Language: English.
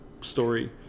story